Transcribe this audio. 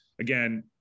again